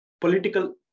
political